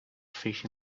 fish